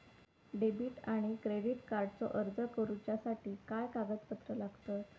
Debit आणि credit कार्डचो अर्ज करुच्यासाठी काय कागदपत्र लागतत?